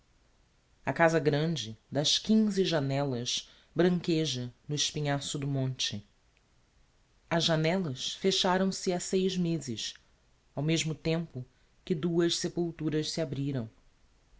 a casa grande das quinze janellas branqueja no espinhaço do monte as janellas fecharam-se ha seis mezes ao mesmo tempo que duas sepulturas se abriram